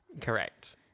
Correct